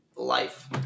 life